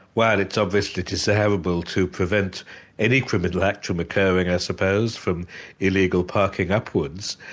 while it's obviously desirable to prevent any criminal act from occurring i suppose, from illegal parking upwards,